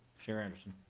chair anderson